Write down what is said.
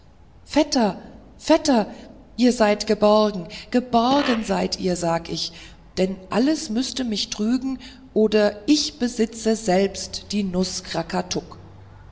vetter vetter ihr seid geborgen geborgen seid ihr sag ich denn alles müßte mich trügen oder ich besitze selbst die